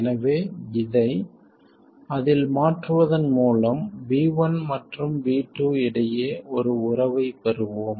எனவே இதை அதில் மாற்றுவதன் மூலம் v1 மற்றும் v2 இடையே ஒரு உறவைப் பெறுவோம்